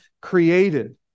created